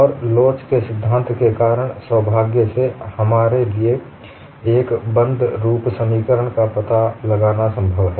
और लोच के सिद्धांत के कारण सौभाग्य से हमारे लिए एक बंद रूप समीकरण का पता लगाना संभव है